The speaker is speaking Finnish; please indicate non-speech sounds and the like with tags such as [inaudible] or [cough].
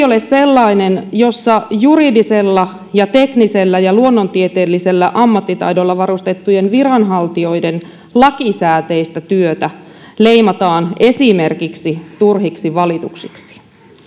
[unintelligible] ole sellainen jossa juridisella ja teknisellä ja luonnontieteellisellä ammattitaidolla varustettujen viranhaltijoiden lakisääteistä työtä leimataan esimerkiksi turhiksi valituksiksi